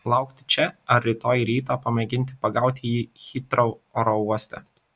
laukti čia ar rytoj rytą pamėginti pagauti jį hitrou oro uoste